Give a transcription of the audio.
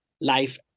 life